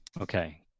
Okay